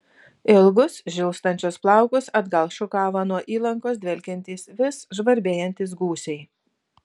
ilgus žilstančius plaukus atgal šukavo nuo įlankos dvelkiantys vis žvarbėjantys gūsiai